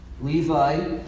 Levi